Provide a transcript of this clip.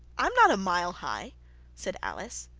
i'm not a mile high said alice.